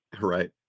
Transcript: Right